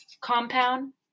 Compound